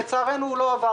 אך לצערנו הוא לא עבר.